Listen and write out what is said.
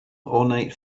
ornate